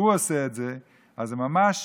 עושה את זה, אז זה ממש